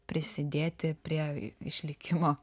prisidėti prie išlikimo